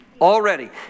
Already